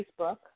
Facebook